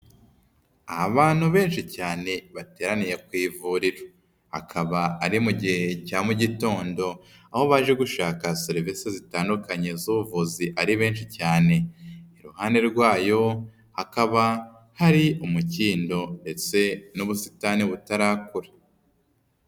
Abantu benshi cyane bateraniye ku ivuriro akaba ari mu gihe cya mu gitondo aho baje gushaka serivisi zitandukanye z'ubuvuzi ari benshi cyane, iruhande rwayo hakaba hari umukindo ndetse n'ubusitani butarakura.